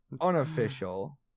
unofficial